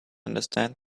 understand